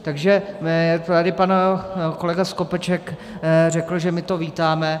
Takže tady pan kolega Skopeček řekl, že my to vítáme.